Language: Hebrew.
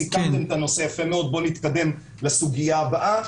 סיכמנו את הנושא יפה מאוד ובוא נתקדם לסוגיה הבאה